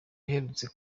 ihendutse